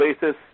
basis